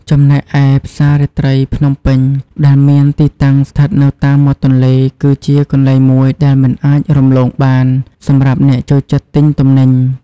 ចំណែកឯ ផ្សាររាត្រីភ្នំពេញ ដែលមានទីតាំងស្ថិតនៅតាមមាត់ទន្លេ គឺជាកន្លែងមួយដែលមិនអាចរំលងបានសម្រាប់អ្នកចូលចិត្តទិញទំនិញ។